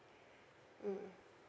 mm